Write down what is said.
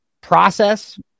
process